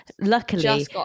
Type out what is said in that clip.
luckily